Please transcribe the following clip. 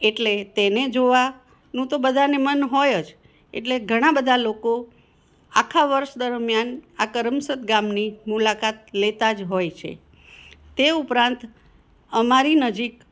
એટલે તેને જોવાનું તો બધાને મન હોય જ એટલે ઘણા બધા લોકો આખાં વર્ષ દરમિયાન આ કરમસદ ગામની મુલાકાત લેતાં જ હોય છે તે ઉપરાંત અમારી નજીક